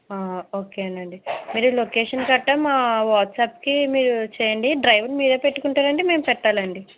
ఒకే అండి మీరు లొకేషన్ గట్రా మా వాట్సాప్కి మీరు చెయండి డ్రైవర్ని మీరే పెట్టుకుంటారాండి మేము పెట్టాలా అండి